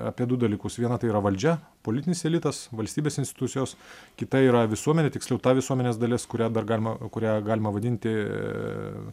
apie du dalykus viena tai yra valdžia politinis elitas valstybės institucijos kita yra visuomenė tiksliau ta visuomenės dalis kurią dar galima kurią galima vadinti